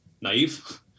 naive